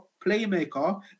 playmaker